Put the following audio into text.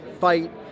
fight